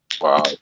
Wow